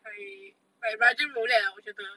like like russian roulette